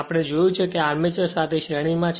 આપણે જોયું છે તે આર્મચર સાથેની શ્રેણીમાં છે